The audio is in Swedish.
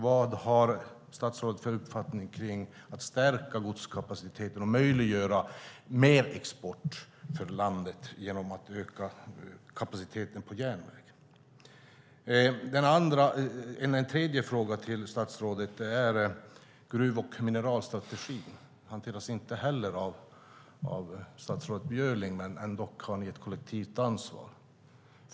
Vad har statsrådet för uppfattning om att stärka godskapaciteten och möjliggöra mer export för landet genom att öka kapaciteten på järnvägen? En tredje fråga till statsrådet gäller gruv och mineralstrategin. Den hanteras inte heller av statsrådet Björling, men ni har ändå ett kollektivt ansvar.